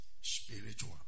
spiritual